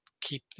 keep